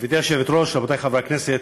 גברתי היושבת-ראש, רבותי חברי הכנסת,